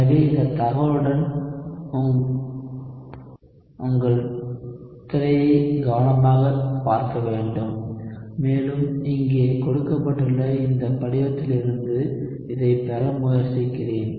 எனவே இந்த தகவலுடன் உங்கள் திரையை கவனமாகப் பார்க்க வேண்டும் மேலும் இங்கே கொடுக்கப்பட்டுள்ள இந்த படிவத்திலிருந்து இதைப் பெற முயற்சிக்கிறேன்